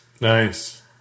nice